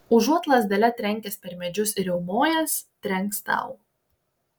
užuot lazdele trenkęs per medžius ir riaumojęs trenks tau